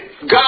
God